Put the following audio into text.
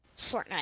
Fortnite